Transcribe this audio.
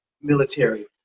military